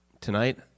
Tonight